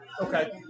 Okay